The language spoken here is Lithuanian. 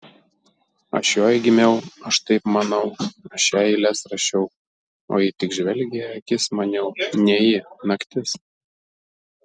aš joj gimiau aš taip manau aš jai eiles rašiau o ji tik žvelgė į akis maniau ne ji naktis